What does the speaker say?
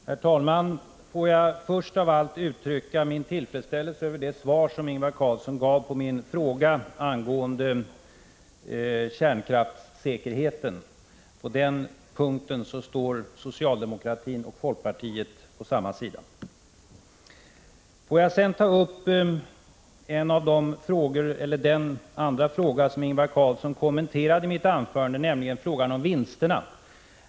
Herr talman! Får jag först av allt uttrycka min tillfredsställelse över det svar som Ingvar Carlsson gav på min fråga angående kärnkraftssäkerheten. I det avseendet står socialdemokratin och folkpartiet på samma sida. Får jag sedan ta upp den andra frågan i mitt anförande, vilken Ingvar Carlsson kommenterade, nämligen frågan om vinsterna.